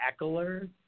eckler